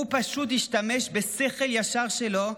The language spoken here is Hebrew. הוא פשוט השתמש בשכל הישר שלו,